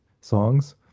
songs